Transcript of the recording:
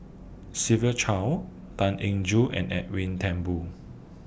Siva Choy Tan Eng Joo and Edwin Thumboo